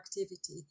activity